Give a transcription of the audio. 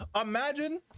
imagine